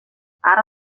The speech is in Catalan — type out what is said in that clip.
ara